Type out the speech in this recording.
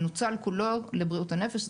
נוצל כולו לבריאות הנפש.